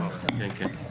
קודם